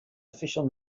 official